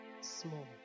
small